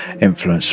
influence